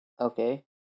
Okay